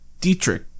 Dietrich